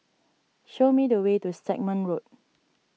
show me the way to Stagmont Road